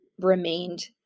remained